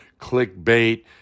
clickbait